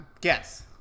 Guess